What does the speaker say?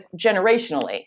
generationally